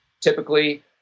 typically